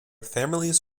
families